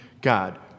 God